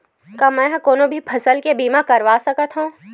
का मै ह कोनो भी फसल के बीमा करवा सकत हव?